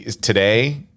today